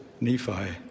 Nephi